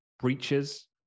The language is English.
breaches